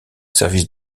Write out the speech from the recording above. service